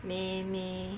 all meh meh